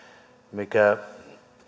mikä